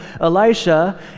Elisha